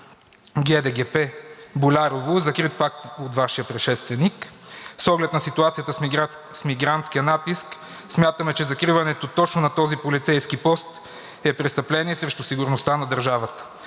ГДГП „Болярово“, закрит пак от Вашия предшественик? С оглед на ситуацията с мигрантския натиск смятаме, че закриването точно на този полицейски пост е престъпление срещу сигурността на държавата.